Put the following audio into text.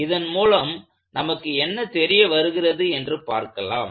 இதன் மூலம் நமக்கு என்ன தெரிய வருகிறது என்று பார்க்கலாம்